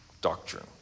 doctrine